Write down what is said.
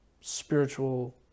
spiritual